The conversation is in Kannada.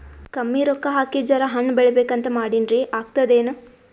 ಕಮ್ಮಿ ರೊಕ್ಕ ಹಾಕಿ ಜರಾ ಹಣ್ ಬೆಳಿಬೇಕಂತ ಮಾಡಿನ್ರಿ, ಆಗ್ತದೇನ?